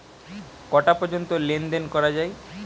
কটা পর্যন্ত লেন দেন করা য়ায়?